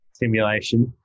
Simulation